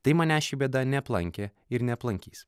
tai manęs ši bėda neaplankė ir neaplankys